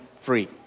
free